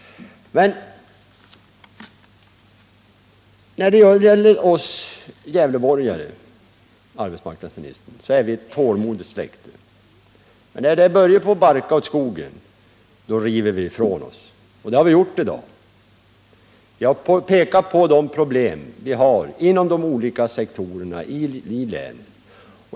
Vi gävleborgare, arbetsmarknadsministern, är ett tålmodigt släkte. Men när det börjar på att barka åt skogen, då river vi ifrån oss. Det har vi gjort i dag. Vi har pekat på de problem vi har inom de olika sektorerna i länet.